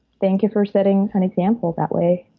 thank you for setting an example that way.